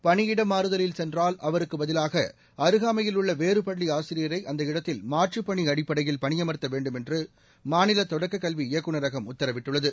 பணியிட மாறுதலில் சென்றால் அவருக்குப் பதிலாக அருகாமையில் உள்ள வேறு பள்ளி ஆசிரியரை அந்த இடத்தில் மாற்றுப் பணி அடிப்படையில் பணியமர்த்த வேண்டும் என்று மாநில தொடக்கக் கல்வி இயக்குநரகம் உத்தரவிட்டுள்ளது